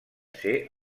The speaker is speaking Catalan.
ser